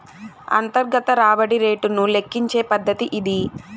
అంతర్గత రాబడి రేటును లెక్కించే పద్దతి ఇది